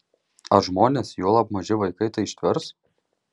ar žmonės juolab maži vaikai tai ištvers